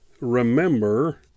remember